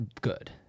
good